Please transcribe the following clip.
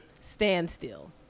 Standstill